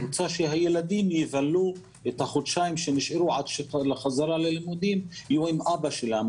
רוצה שהילדים יבלו את החודשיים שנשארו עד החזרה ללימודים עם אבא שלהם,